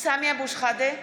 סמי אבו שחאדה,